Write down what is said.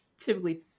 typically